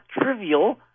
trivial